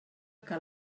que